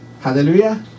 Hallelujah